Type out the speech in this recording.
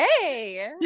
Hey